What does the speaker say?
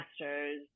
masters